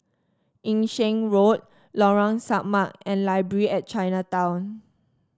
Yung Sheng Road Lorong Samak and Library at Chinatown